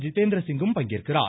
ஜிதேந்திரசிங்கும் பங்கேற்கிறார்